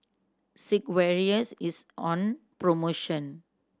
Sigvaris is on promotion